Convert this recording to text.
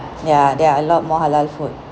ya there are a lot more halal food